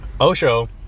Osho